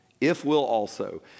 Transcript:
If-will-also